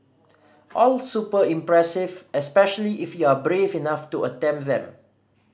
all super impressive especially if you are brave enough to attempt them